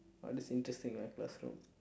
what is interesting in my classroom